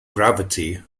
gravity